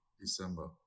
December